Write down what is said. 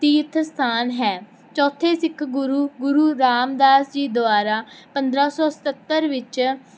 ਤੀਰਥ ਸਥਾਨ ਹੈ ਚੌਥੇ ਸਿੱਖ ਗੁਰੂ ਗੁਰੂ ਰਾਮਦਾਸ ਜੀ ਦੁਆਰਾ ਪੰਦਰਾਂ ਸੌ ਸਤੱਤਰ ਵਿੱਚ